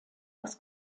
das